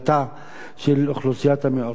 של אוכלוסיית המיעוטים במדינה.